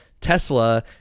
tesla